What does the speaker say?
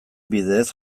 bidez